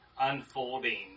unfolding